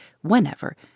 whenever